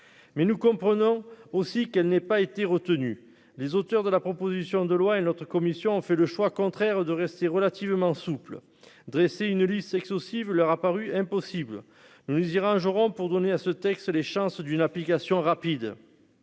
mais nous comprenons aussi qu'elle n'ait pas été retenu les auteurs de la proposition de loi et notre commission en fait le choix contraire de rester relativement souple dresser une liste exhaustive, leur a paru impossible nous ira joueront pour donner à ce texte, les chances d'une application rapide